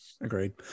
Agreed